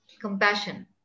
compassion